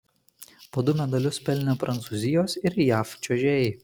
po du medalius pelnė prancūzijos ir jav čiuožėjai